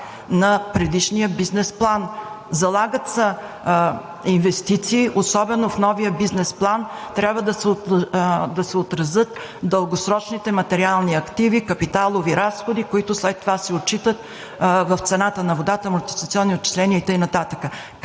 на предишния бизнес план. Залагат се инвестиции, особено в новия бизнес план трябва да се отразят дългосрочните материални активи, капиталови разходи, които след това се отчитат в цената на водата, амортизационни отчисления и така